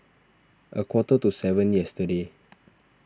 a quarter to seven yesterday